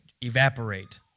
evaporate